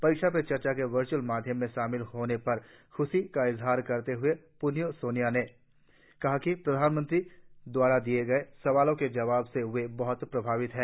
परीक्षा पे चर्चा के वर्चअल माध्यम में शामिल होने पर ख्शी का इजहार करते हए प्न्यो स्न्या ने कहा कि प्रधानमंत्री दवारा दिए गए सवालों के जवाब से वे बहत प्रभावित है